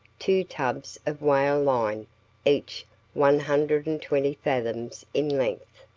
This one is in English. two tubs of whale line each one hundred and twenty fathoms in length,